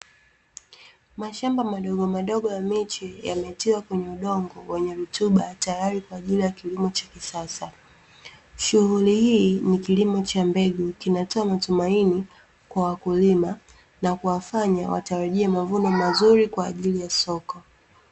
Mashamba madogo madogo ya miche yametiwa kwenye udongo wenye rutumba tayari kwa ajili ya kilimo cha kisasa, shughuli hii ni kilimo cha mbegu kinatoa matumaini kwa wakulima na kuwafanya watarajie mavuno mazuri kwa ajili ya soko .